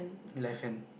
left hand